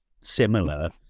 similar